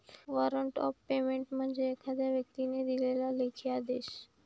warrant of payment म्हणजे एखाद्या व्यक्तीने दिलेला लेखी आदेश